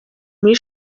muri